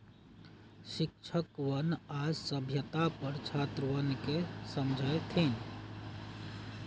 शिक्षकवन आज साम्यता पर छात्रवन के समझय थिन